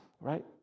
Right